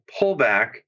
pullback